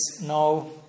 no